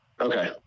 okay